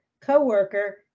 co-worker